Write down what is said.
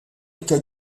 chtěl